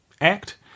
act